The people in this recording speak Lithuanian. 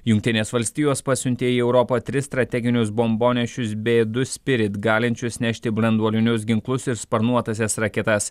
jungtinės valstijos pasiuntė į europą tris strateginius bombonešius b du spirit galinčius nešti branduolinius ginklus ir sparnuotąsias raketas